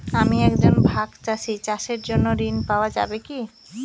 আমি একজন ভাগ চাষি চাষের জন্য ঋণ পাওয়া যাবে কি?